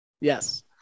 Yes